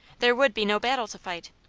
there would be no battle to fight.